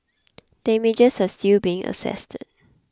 damages are still being assessed